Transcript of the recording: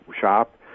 shop